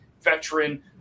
Veteran